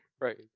right